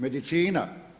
Medicina?